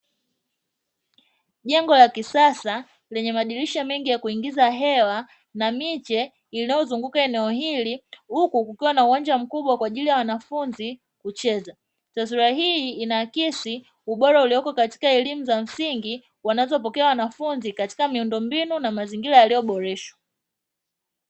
Jengo la kisasa lenye madirisha mengi ya kuingiza hewa na miche iliyozunguka eneo hili huku kukiwa na uwanja mkubwa kwaajili ya wanafunzi kucheza. Taswira hii inaakisi ubora ulioko katika elimu za msingi wanazopokea wanafunzi katika miundombinu na mazingira yaliyo boreshwa.